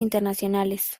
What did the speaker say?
internacionales